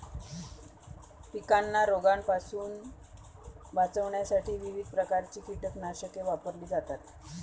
पिकांना रोगांपासून वाचवण्यासाठी विविध प्रकारची कीटकनाशके वापरली जातात